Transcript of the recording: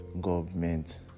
government